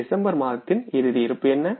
December மாதத்தின் இறுதி இருப்பு என்ன